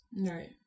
right